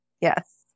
Yes